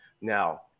Now